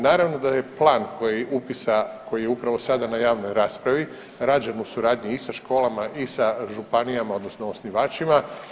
Naravno da je plan upisa koji je upravo sada na javnoj raspravi rađen u suradnji i sa školama i sa županijama odnosno osnivačima.